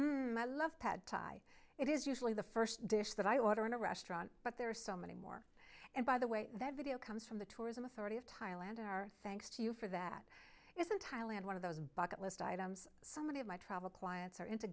my love pad thai it is usually the first dish that i order in a restaurant but there are so many more and by the way that video comes from the tourism authority of thailand our thanks to you for that is in thailand one of those bucket list items so many of my travel clients are into